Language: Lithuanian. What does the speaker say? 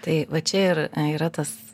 tai va čia ir yra tas